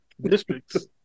districts